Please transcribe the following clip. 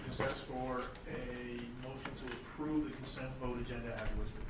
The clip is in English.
for a motion to approve the concent vote agenda as